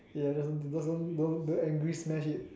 ya it doesn't it doesn't don't don't angry smash it